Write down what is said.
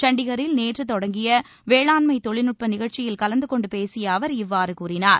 சண்டிகரில் நேற்று தொடங்கிய வேளாண்மை தொழில்நுட்ப நிகழ்ச்சியில் கலந்து கொண்டு பேசிய அவர் இவ்வாறு கூறினார்